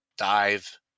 dive